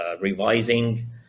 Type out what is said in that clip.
revising